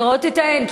לראות את האֵין,